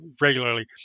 regularly